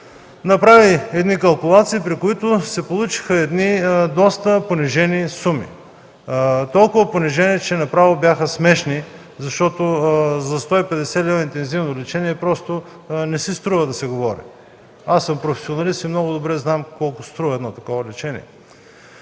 направи едни калкулации, при които се получиха едни доста понижени суми – толкова понижени, че направо бяха смешни. Защото за 150 лв. интензивно лечение просто не си струва да се говори. Аз съм професионалист и много добре знам колко струва едно такова лечение.